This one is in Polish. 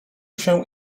się